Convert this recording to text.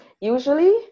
usually